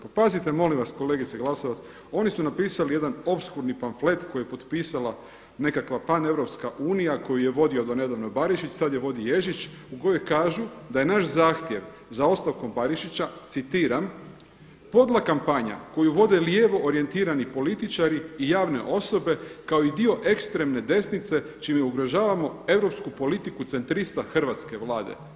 Pa pazite molim vas kolegice Glasovac oni su napisali jedan opskurni pamflet koji je potpisala nekakva paneuropska unija koju je vodio donedavno Barišić, sada je vodi Ježić u kojoj kažu da je naš zahtjev za ostavkom Barišića, citiram „Podla kampanja koju vode lijevo orijentirani političari i javne osobe kao i dio ekstremne desnice čime ugrožavamo europsku politiku centrista hrvatske Vlade“